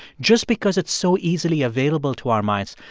just because it's so easily available to our minds,